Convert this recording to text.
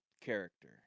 character